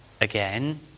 again